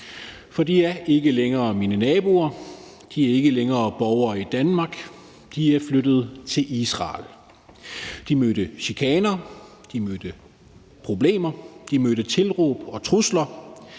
for de er ikke længere mine naboer. De er ikke længere borgere i Danmark. De er flyttet til Israel. De mødte chikane, de mødte problemer, de mødte tilråb og trusler.